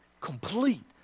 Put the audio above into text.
complete